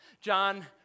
John